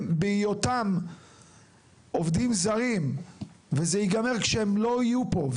מהיותם עובדים זרים וזה יגמר כשהם לא יהיו פה,